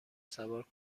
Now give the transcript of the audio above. سوار